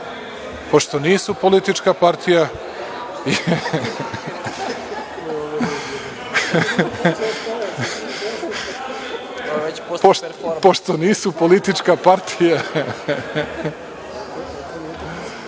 pošto nisu politička partija, pošto nisu politička partija,